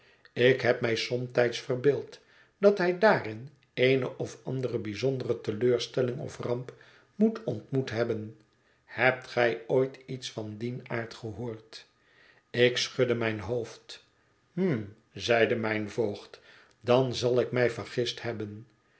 ik heb mij somtijds verbeeld dat hij daarin eene of andere bijzondere teleurstelling of ramp moet ontmoet hebben hebt gij ooit iets van dien aard gehoord ik schudde mijn hoofd hm zeide mijn voogd dan zal ik mij vergist hebben